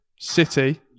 City